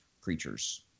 creatures